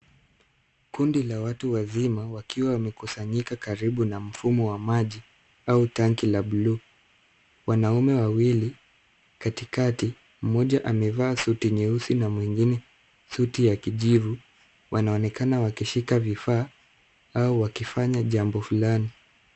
Kundi la watu wazima wakiwa wamekusanyika karibu na mfumo wa maji au tanki la buluu. Wanaume wawili katikati, mmoja amevaa suti nyeusi na mwingine suti ya kijivu, wanaonekana wakishika vifaa au wakifanya jambo fulani.